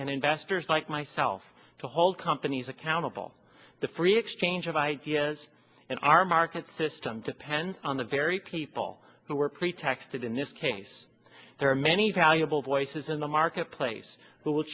and investors like myself to hold companies accountable the free exchange of ideas in our market system depends on the very people who are pretext and in this case there are many valuable voices in the marketplace w